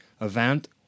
event